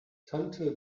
tante